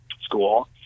school